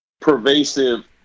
pervasive